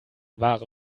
wahrer